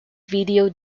video